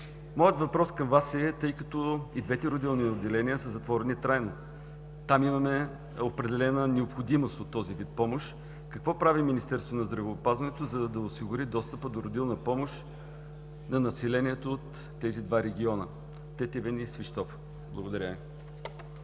Моят въпрос към Вас, тъй като и двете родилни отделения са затворени трайно – там имаме определена необходимост от този вид помощ, е: какво прави Министерството на здравеопазването, за да осигури достъп до родилна помощ на населението от тези два региона – Тетевен и Свищов? Благодаря.